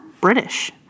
British